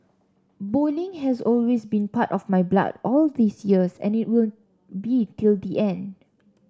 bowling has always been part of my blood all these years and it will be till the end